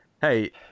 Hey